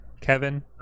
Kevin